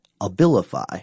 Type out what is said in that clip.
Abilify